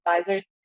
Advisors